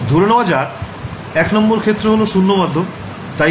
ধরে নেওয়া যাক ১ নং ক্ষেত্র হল শূন্য মাধ্যম